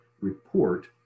report